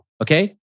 Okay